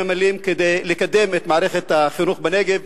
ממלאים כדי לקדם את מערכת החינוך בנגב,